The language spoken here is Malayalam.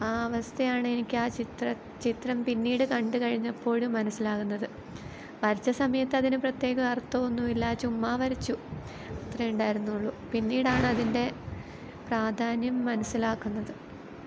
ആ അവസ്ഥയാണ് എനിക്കാ ചിത്രം ക ചിത്രം പിന്നീട് കണ്ടുകഴിഞ്ഞപ്പോൾ മനസിലാകുന്നത് വരച്ച സമയത്ത് അതിന് പ്രത്യേക അർഥമൊന്നുല്ല ചുമ്മാ വരച്ചു അത്രേ ഉണ്ടായിരുന്നുള്ളു പിന്നീടാണതിന്റെ പ്രാധാന്യം മനസിലാക്കുന്നത്